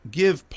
give